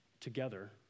together